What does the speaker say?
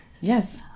yes